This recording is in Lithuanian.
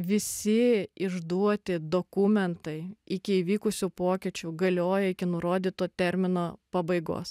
visi išduoti dokumentai iki įvykusių pokyčių galioja iki nurodyto termino pabaigos